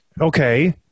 Okay